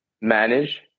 manage